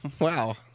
wow